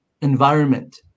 environment